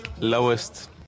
Lowest